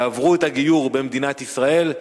יעברו את הגיור במדינת ישראל,